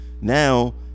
Now